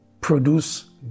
produce